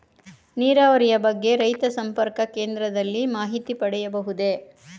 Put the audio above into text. ನೀರಾವರಿಯ ಬಗ್ಗೆ ರೈತ ಸಂಪರ್ಕ ಕೇಂದ್ರದಲ್ಲಿ ಮಾಹಿತಿ ಪಡೆಯಬಹುದೇ?